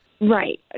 Right